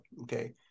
Okay